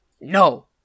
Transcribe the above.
No